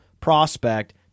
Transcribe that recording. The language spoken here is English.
prospect